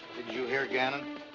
you hear, gannon?